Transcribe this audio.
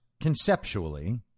conceptually